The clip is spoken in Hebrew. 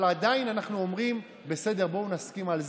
אבל עדיין אנחנו אומרים: בסדר, בואו נסכים על זה,